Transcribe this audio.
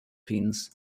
philippines